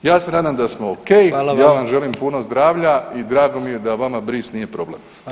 Ja se nadam da smo ok, [[Upadica: Hvala vam.]] ja vam želim puno zdravlja i drago mi je da vama bris nije problem.